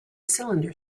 cylinder